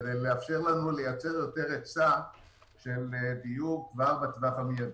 כדי לאפשר לנו לייצר יותר היצע של דיור כבר בטווח המידי.